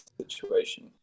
situation